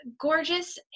gorgeous